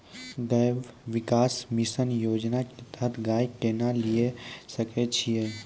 गव्य विकास मिसन योजना के तहत गाय केना लिये सकय छियै?